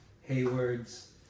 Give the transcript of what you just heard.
Hayward's